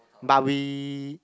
but we